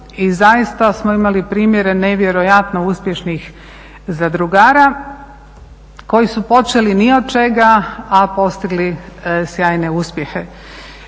i zaista smo imali primjere nevjerojatno uspješnih zadrugara koji su počeli ni od čega, a postigli sjajne uspjehe.